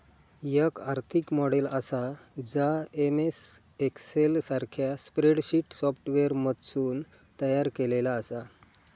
याक आर्थिक मॉडेल आसा जा एम.एस एक्सेल सारख्या स्प्रेडशीट सॉफ्टवेअरमधसून तयार केलेला आसा